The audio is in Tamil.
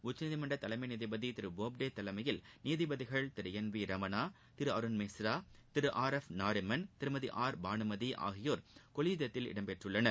உச்சநீதிமன்ற தலைமை நீதிபதி திரு போப்டே தலைமையில் நீதிபதிகள் திரு என் வி ரமணா திரு அருண் மிஸ்ரா திரு ஆர் எஃப் நாரிமன் திருமதி ஆர் பானுமதி ஆகியோர் கொலீஜியத்தில் இடம் பெற்றுள்ளனர்